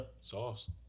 Sauce